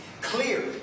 Clear